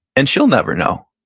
and she'll never know.